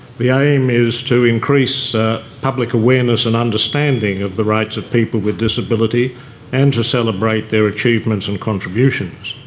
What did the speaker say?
the aim is to increase public awareness and understanding of the rights of people with disability and to celebrate their achievements and contributions.